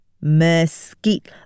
mesquite